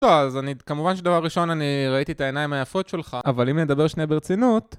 אז אני כמובן שדבר ראשון אני ראיתי את העיניים היפות שלך, אבל אם נדבר שנייה ברצינות